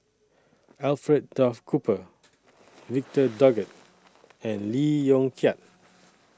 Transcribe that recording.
Alfred Duff Cooper Victor Doggett and Lee Yong Kiat